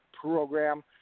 program